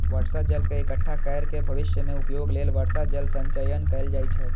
बर्षा जल के इकट्ठा कैर के भविष्य मे उपयोग लेल वर्षा जल संचयन कैल जाइ छै